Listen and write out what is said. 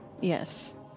Yes